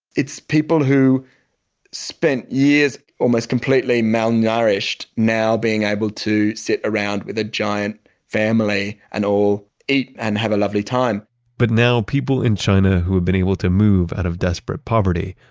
it's people who spent years almost completely malnourished, now being able to sit around with a giant family and all eat and have a lovely time but now people in china, who have been able to move out of desperate poverty,